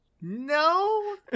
no